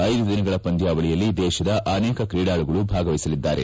ಐದು ದಿನಗಳ ಪಂದ್ಯಾವಳಿಯಲ್ಲಿ ದೇಶದ ಅನೇಕ ಕ್ರೀಡಾಳುಗಳು ಭಾಗವಹಿಸಲಿದ್ದಾರೆ